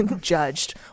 judged